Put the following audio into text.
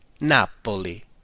Napoli